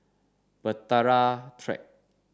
Bahtera Track